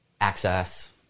access